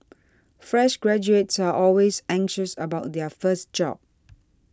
fresh graduates are always anxious about their first job